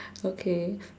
okay